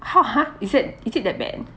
how !huh! is that is it that bad